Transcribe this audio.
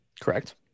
Correct